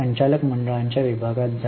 संचालक मंडळाच्या विभागात जा